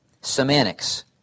semantics